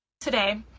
today